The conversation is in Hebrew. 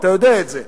אתה יודע את זה.